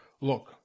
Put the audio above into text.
Look